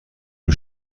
این